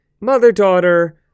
mother-daughter